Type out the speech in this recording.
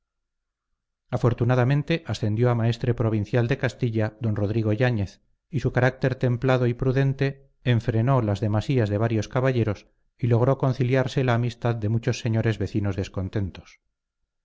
afortunadamente ascendió a maestre provincial de castilla don rodrigo yáñez y su carácter templado y prudente enfrenó las demasías de varios caballeros y logró conciliarse la amistad de muchos señores vecinos descontentos